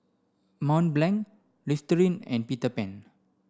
Mont Blanc Listerine and Peter Pan